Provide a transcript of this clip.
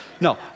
No